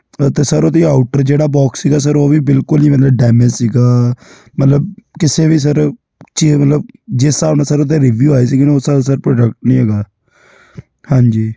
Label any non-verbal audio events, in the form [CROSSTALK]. ਅਤੇ ਸਰ ਉਹਦੀ ਆਊਟਰ ਜਿਹੜਾ ਬੋਕਸ ਸੀਗਾ ਸਰ ਉਹ ਵੀ ਬਿਲਕੁਲ ਹੀ ਮਤਲਬ ਡੈਮੇਜ ਸੀਗਾ ਮਤਲਬ ਕਿਸੇ ਵੀ ਸਰ [UNINTELLIGIBLE] ਜਿਸ ਹਿਸਾਬ ਨਾਲ ਸਰ ਉਹਦੇ ਰਿਵਿਊ ਆਏ ਸੀਗੇ ਨਾ ਉਸ ਹਿਸਾਬ ਦਾ ਸਰ ਪ੍ਰੋਡਕਟ ਨਹੀਂ ਹੈਗਾ ਹਾਂਜੀ